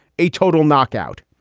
a total knockout.